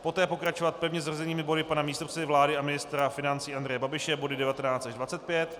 Poté pokračovat pevně zařazenými body pana místopředsedy vlády a ministra financí Andreje Babiše, body 19 až 25.